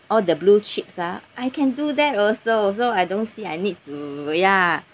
all the blue chips ah I can do that also so I don't see I need to ya